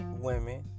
women